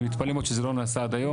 אני מתפלא מאוד שזה לא נעשה עד היום.